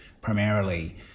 primarily